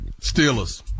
Steelers